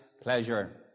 Pleasure